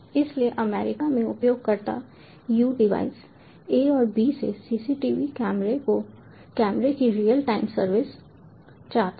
इसलिए अमेरिका में उपयोगकर्ता U डिवाइस A और B से सीसीटीवी कैमरे की रियल टाइम सर्विस चाहता है